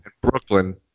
Brooklyn